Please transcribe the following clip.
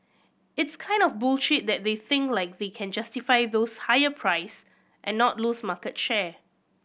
it's kind of bullish that they feel like they can justify those higher price and not lose market share